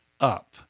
up